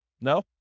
No